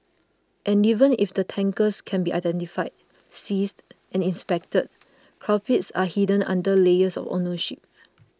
and even if the tankers can be identified seized and inspected culprits are hidden under layers of ownership